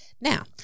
Now